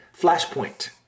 Flashpoint